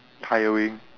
tiring